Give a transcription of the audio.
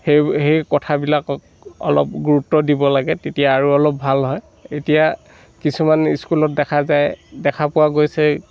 সেই সেই কথাবিলাক অলপ গুৰুত্ব দিব লাগে তেতিয়া আৰু অলপ ভাল হয় এতিয়া কিছুমান স্কুলত দেখা যায় দেখা পোৱা গৈছে